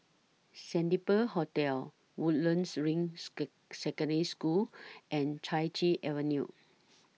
Sandpiper Hotel Woodlands Ring Secondary School and Chai Chee Avenue